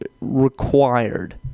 required –